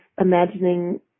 imagining